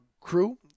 crew